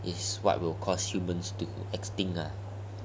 is what will cost humans to extinct ah